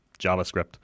JavaScript